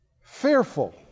Fearful